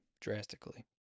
drastically